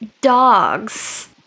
dogs